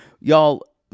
y'all